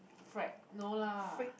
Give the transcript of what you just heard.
frag no lah